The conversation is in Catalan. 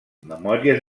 memòries